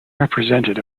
represented